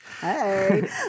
hey